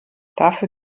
dafür